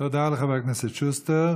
תודה לחבר הכנסת שוסטר.